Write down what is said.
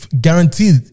guaranteed